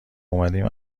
اومدیم